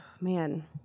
Man